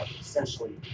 essentially